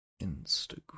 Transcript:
Instagram